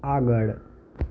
આગળ